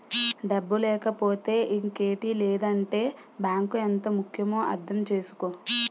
డబ్బు లేకపోతే ఇంకేటి లేదంటే బాంకు ఎంత ముక్యమో అర్థం చేసుకో